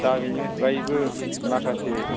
दा बिनि अनगायैबो माखासे